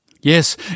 Yes